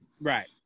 Right